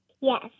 Yes